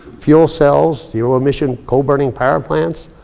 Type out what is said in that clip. fuel cells, fuel emission, coal burning power plants,